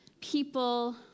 people